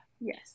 Yes